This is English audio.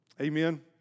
Amen